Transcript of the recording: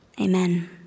Amen